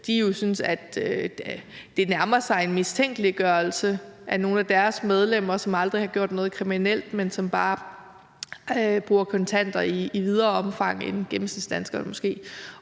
jo synes, at det nærmer sig en mistænkeliggørelse af nogle af deres medlemmer, som aldrig har gjort noget kriminelt, men som måske bare bruger kontanter i videre omfang end gennemsnitsdanskeren.